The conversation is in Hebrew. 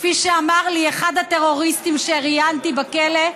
כפי שאמר לי אחד הטרוריסטים שראיינתי בכלא,